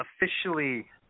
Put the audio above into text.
officially